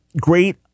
great